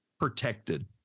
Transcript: protected